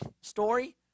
story